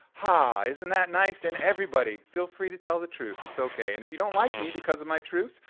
hah, isn't that nice? and everybody, feel free to tell the truth. it's okay. and if you don't like me because of my truth,